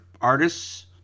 artists